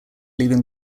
leaving